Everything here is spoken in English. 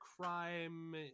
crime